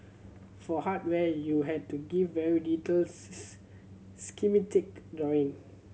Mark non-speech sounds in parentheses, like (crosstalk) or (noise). for hardware you had to give very detailed (unintelligible) schematic drawing